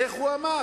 איך הוא אמר?